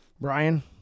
Brian